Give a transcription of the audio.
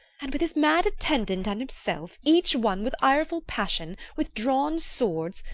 and with his mad attendant and himself, each one with ireful passion, with drawn swords,